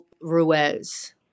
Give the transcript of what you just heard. Ruiz